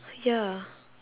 ya